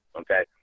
okay